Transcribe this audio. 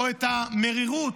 את המרירות,